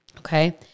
Okay